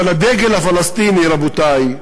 אבל הדגל הפלסטיני, רבותי,